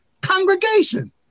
congregation